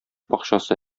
бакчасы